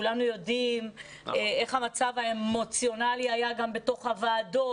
כולנו יודעים איך המצב האמוציונאלי היה גם בתוך הוועדות,